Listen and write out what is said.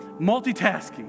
multitasking